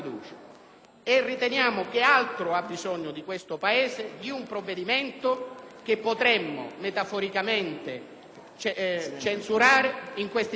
Riteniamo che di altro abbia bisogno questo Paese che non di un provvedimento che potremmo metaforicamente censurare in questi termini: